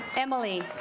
emily